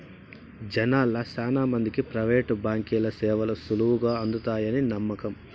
జనాల్ల శానా మందికి ప్రైవేటు బాంకీల సేవలు సులువుగా అందతాయని నమ్మకం